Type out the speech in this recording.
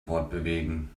fortbewegen